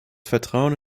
vertrauen